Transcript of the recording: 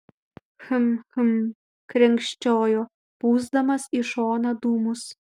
hm hm krenkščiojo pūsdamas į šoną dūmus